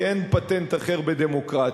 כי אין פטנט אחר בדמוקרטיה,